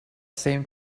same